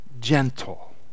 gentle